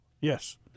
Yes